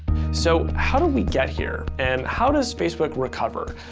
so how do we get here and how does facebook recover?